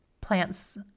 plants